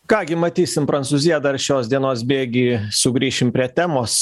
ką gi matysim prancūzija dar šios dienos bėgy sugrįšim prie temos